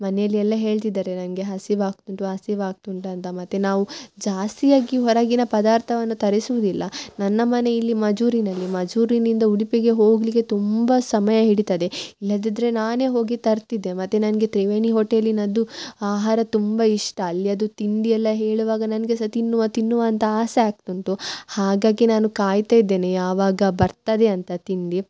ಮನೆಯಲ್ಲಿ ಎಲ್ಲ ಹೇಳ್ತಿದಾರೆ ನಂಗೆ ಹಸಿವಾಗ್ತುಂಟು ಹಸಿವಾಗ್ತುಂಟ್ ಅಂತ ಮತ್ತು ನಾವು ಜಾಸ್ತಿಯಾಗಿ ಹೊರಗಿನ ಪದಾರ್ಥವನ್ನು ತರಿಸುವುದಿಲ್ಲ ನನ್ನ ಮನೆ ಇಲ್ಲಿ ಮಜೂರಿನಲ್ಲಿ ಮಜೂರಿನಿಂದ ಉಡುಪಿಗೆ ಹೋಗಲಿಕ್ಕೆ ತುಂಬ ಸಮಯ ಹಿಡಿತದೆ ಇಲ್ಲದಿದ್ರೆ ನಾನೆ ಹೋಗಿ ತರ್ತಿದ್ದೆ ಮತ್ತು ನನಗೆ ತ್ರಿವೇಣಿ ಹೊಟೇಲಿನದ್ದು ಆಹಾರ ತುಂಬ ಇಷ್ಟ ಅಲ್ಲಿಯದು ತಿಂಡಿ ಎಲ್ಲ ಹೇಳುವಾಗ ನನಗೆ ಸಹ ತಿನ್ನುವ ತಿನ್ನುವ ಅಂತ ಆಸೆ ಆಗ್ತುಂಟು ಹಾಗಾಗಿ ನಾನು ಕಾಯ್ತ ಇದ್ದೇನೆ ಯಾವಾಗ ಬರ್ತದೆ ಅಂತ ತಿಂಡಿ